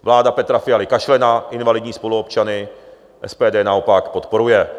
Vláda Petra Fialy kašle na invalidní spoluobčany, SPD je naopak podporuje.